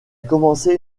commencé